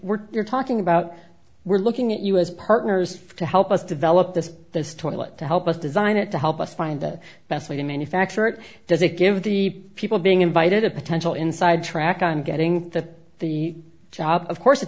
we're talking about we're looking at you as partners to help us develop this this toilet to help us design it to help us find the best way to manufacture it does it give the people being invited a potential inside track on getting to the job of course it